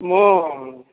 ମୁଁ